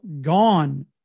gone